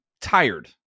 tired